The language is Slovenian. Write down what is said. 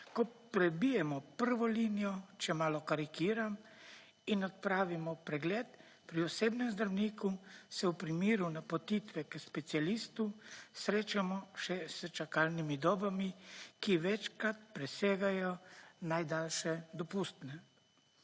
Ko prebijemo prvo linijo, če malo karikiram, in odpravimo pregled pri osebnem zdravniku, se v primeru napotitve k specialistu srečamo še s čakalnimi dobami, ki večkrat presegajo najdaljše dopustne.